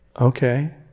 Okay